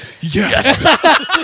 yes